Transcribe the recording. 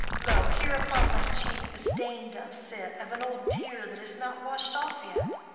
lo, here upon thy cheek the stain doth sit of an old tear that is not wash'd off yet.